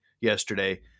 yesterday